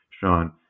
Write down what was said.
Sean